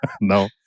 No